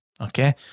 okay